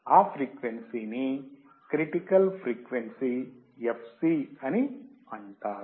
ఆ ఫ్రీక్వెన్సీ ని critical frequency fc అని అంటారు